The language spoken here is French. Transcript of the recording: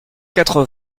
quatre